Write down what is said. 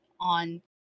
on